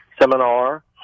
seminar